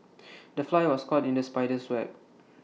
the fly was caught in the spider's web